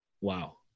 Wow